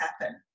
happen